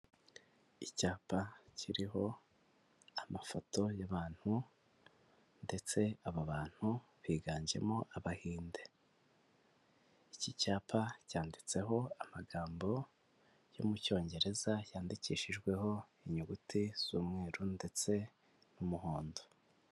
Icyapa kiriho amafoto y'abantu ndetse aba bantu biganjemo abahinde, iki cyapa cyanditseho amagambo yo mu Cyongereza yandikishijweho inyuguti z'umweru ndetse n'umuhondo.